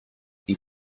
die